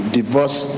divorce